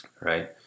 right